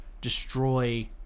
destroy